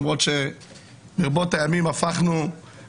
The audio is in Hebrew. למרות שברבות הימים אנחנו מתראים,